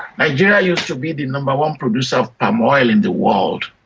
nigeria used to be the number one producer of palm oil in the world.